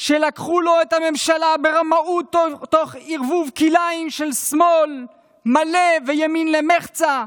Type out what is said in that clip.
שלקחו לו את הממשלה ברמאות תוך ערבוב כלאיים של שמאל מלא וימין למחצה,